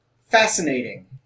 fascinating